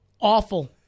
awful